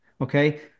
okay